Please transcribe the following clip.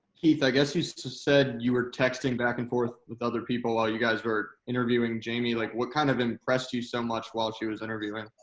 keith, i guess you just said you were texting back and forth with other people while you guys were interviewing jamie. like, what kind of impressed you so much while she was interviewing?